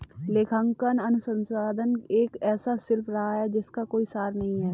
लेखांकन अनुसंधान एक ऐसा शिल्प रहा है जिसका कोई सार नहीं हैं